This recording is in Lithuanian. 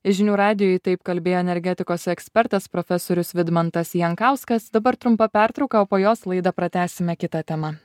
žinių radijui taip kalbėjo energetikos ekspertas profesorius vidmantas jankauskas dabar trumpa pertrauka o po jos laidą pratęsime kita tema